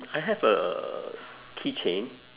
I have a keychain